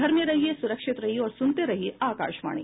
घर में रहिये सुरक्षित रहिये और सुनते रहिये आकाशवाणी